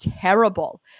terrible